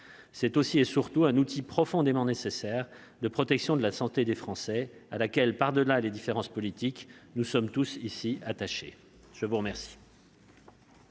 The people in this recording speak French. C'est aussi et surtout un outil profondément nécessaire de protection de la santé des Français à laquelle, par-delà les différences politiques, nous sommes tous attachés. Nous passons